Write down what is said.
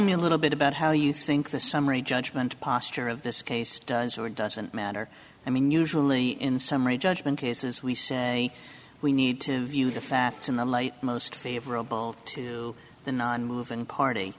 me a little bit about how you think the summary judgment posture of this case does or doesn't matter i mean usually in summary judgment cases we say we need to view the facts in the light most favorable to the nonmoving party